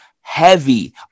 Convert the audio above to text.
heavy